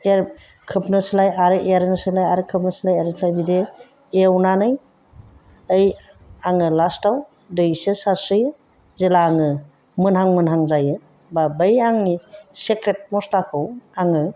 खोबनोसैलाय आरो एरनोसैलाय आरो खोबनोसैलाय आरो बेनिफ्राय बिदि एवनानै ऐ आङो लास्टआव दै एसे सारस्रोयो जेब्ला आङो मोनहां मोनहां जायो बा बै आंनि सिक्रेट मस्लाखौ आङो